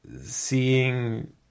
seeing